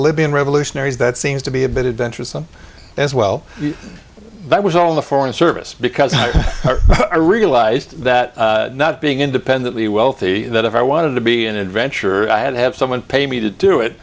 libyan revolutionaries that seems to be a bit adventuresome as well i was on the foreign service because i realized that not being independently wealthy that i wanted to be an adventurer i had to have someone pay me to do it